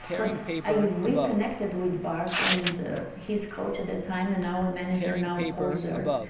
but i reconnected with bart and his coach at the time, and our manager now, paul ziert,